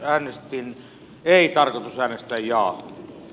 äänestin ei tarkoitus oli äänestää jaa